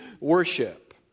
worship